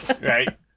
Right